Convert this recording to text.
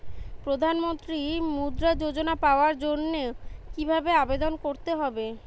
প্রধান মন্ত্রী মুদ্রা যোজনা পাওয়ার জন্য কিভাবে আবেদন করতে হবে?